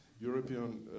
European